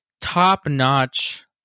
top-notch